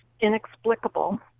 inexplicable